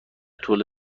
طول